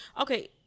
okay